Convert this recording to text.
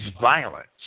violence